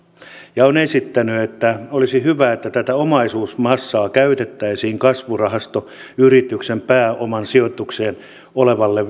ja olen esittänyt että olisi hyvä että tätä omaisuusmassaa käytettäisiin vakuutena kasvurahaston yritysten pääomasijoitusta varten olevalle